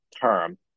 term